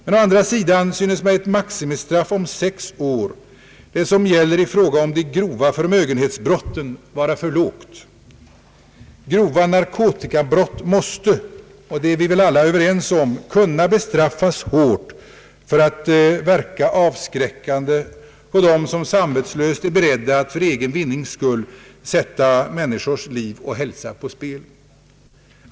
Men å andra sidan synes mig ett maximistraff om sex år — det som gäller i fråga om de grova förmögenhetsbrotten — vara för lågt. Grova narkotikabrott måste — det är vi väl alla överens om — kunna bestraffas hårt för att verka avskräckande på dem som samvetslöst är beredda att för egen vinnings skull sätta inte minst unga människors liv och hälsa på spel.